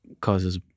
causes